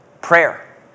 prayer